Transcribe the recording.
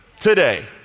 today